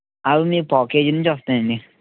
అవి మీకు పావు కేజీ నుంచి వస్తాయండి